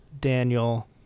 Daniel